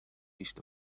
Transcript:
east